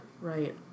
Right